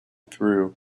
through